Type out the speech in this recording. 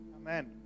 Amen